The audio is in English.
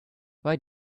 why